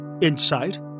insight